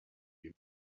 you